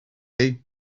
you